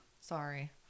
sorry